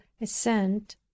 assent